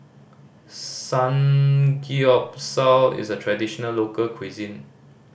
samgeyopsal is a traditional local cuisine